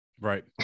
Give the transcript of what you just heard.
Right